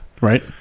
Right